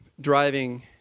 driving